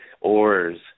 ores